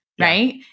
right